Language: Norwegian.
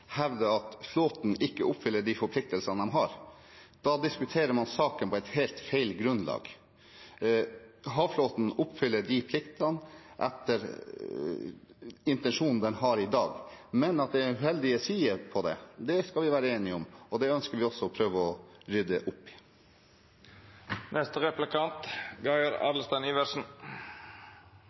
hevder at flåten ikke oppfyller de forpliktelsene de har. Da diskuterer man saken på et helt feil grunnlag. Havflåten oppfyller de pliktene den etter intensjonen har i dag. Men at det er uheldige sider ved det, kan vi være enige om, og det ønsker vi også å prøve å rydde opp i.